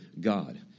God